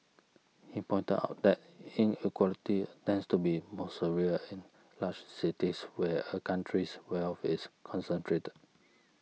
he pointed out that inequality tends to be most severe in large cities where a country's wealth is concentrated